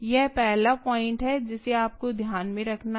यह पहला पॉइंट् है जिसे आपको ध्यान में रखना है